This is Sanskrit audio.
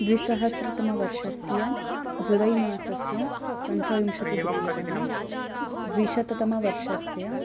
द्विसहस्रतमवर्षस्य जुलै मासस्य पञ्चविंशतिदिनाङ्कः द्विशतमवर्षस्य